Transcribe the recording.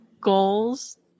goals